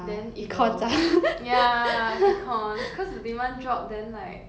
then it will ya econs cause the demand drop then like